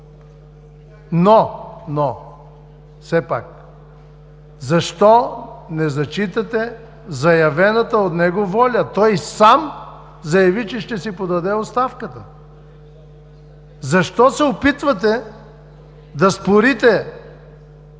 положение! Защо не зачитате заявената от него воля? Той сам заяви, че ще си подаде оставката. Защо се опитвате да спорите